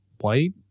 white